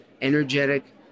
energetic